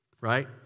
right